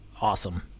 Awesome